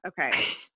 Okay